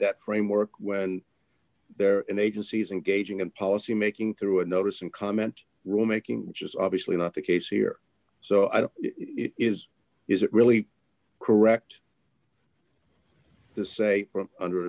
that framework when they're in agencies and gauging and policymaking through a notice and comment rule making which is obviously not the case here so i don't it is is it really correct to say from under